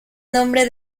nombre